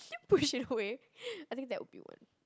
keep pushing away I think that will be one